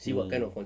mm